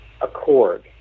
Accord